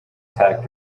tech